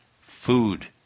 Food